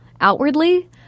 outwardly